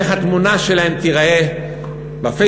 איך התמונה שלהם תיראה בפייסבוק,